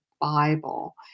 Bible